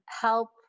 help